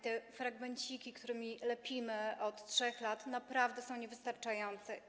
Te fragmenciki, którymi lepimy od 3 lat, naprawdę są niewystarczające.